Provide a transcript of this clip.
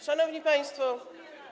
Szanowni Państwo!